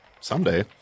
Someday